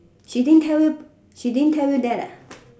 she didn't tell you she didn't tell you that